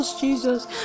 Jesus